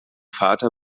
vater